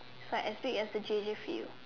so as big as the J J field